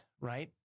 right